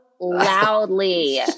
loudly